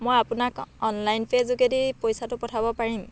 মই আপোনাক online pay যোগেদি পইচাটো পঠাব পাৰিম